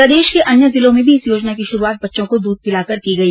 प्रदेश के अन्य जिलों में भी इस योजना की शुरूआत बच्चों को दूध पिलाकर की गई